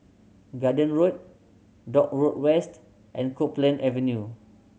Garden Road Dock Road West and Copeland Avenue